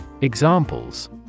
Examples